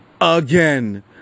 again